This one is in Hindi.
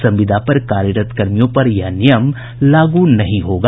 संविदा पर कार्यरत कर्मियों पर यह नियम लागू नहीं होगा